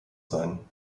sein